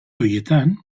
horietan